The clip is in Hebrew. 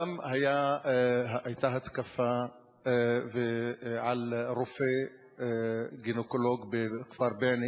היתה גם התקפה על רופא גינקולוג בכפר בענה,